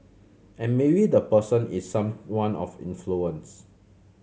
and maybe the person is someone of influence